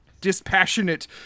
dispassionate